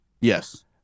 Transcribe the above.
Yes